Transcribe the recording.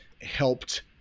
helped